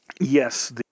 yes